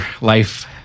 life